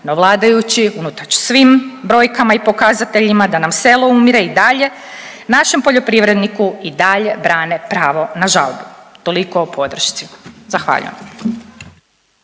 no vladajući unatoč svim brojkama i pokazateljima da nam selo umire i dalje našem poljoprivredniku i dalje brane pravo na žalbu. Toliko o podršci. Zahvaljujem.